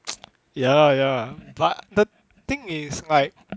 ya ya but the thing is like